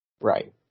Right